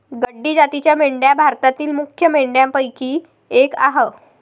गड्डी जातीच्या मेंढ्या भारतातील मुख्य मेंढ्यांपैकी एक आह